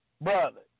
brother